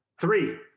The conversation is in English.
Three